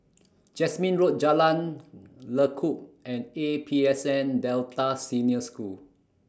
Jasmine Road Jalan Lekub and A P S N Delta Senior School